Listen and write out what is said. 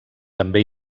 també